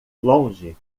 longe